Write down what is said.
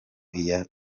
iyi